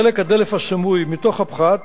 חלק הדלף הסמוי מתוך הפחת